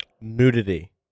Nudity